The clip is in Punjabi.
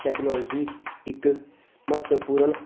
ਟੈਕਨੋਲੋਜੀ ਇੱਕ ਮਹੱਤਵਪੂਰਨ